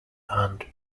hunt